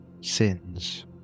Sins